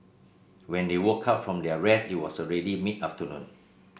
when they woke up from their rest it was already mid afternoon